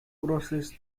crosses